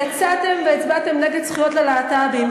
יצאתם והצבעתם נגד זכויות הלהט"בים.